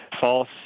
false